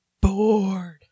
bored